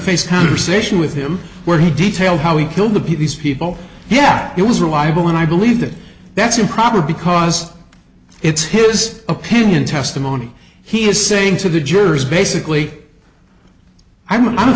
face conversation with him where he detail how he killed the peaveys people yeah it was reliable and i believe that that's improper because it's his opinion testimony he is saying to the jurors basically i'm